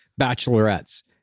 Bachelorette's